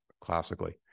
classically